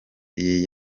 iyi